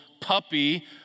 puppy